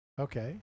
Okay